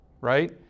right